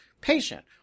patient